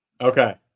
Okay